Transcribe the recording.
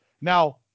Now